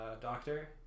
doctor